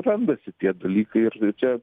randasi tie dalykai ir ir čia